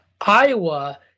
iowa